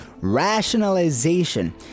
Rationalization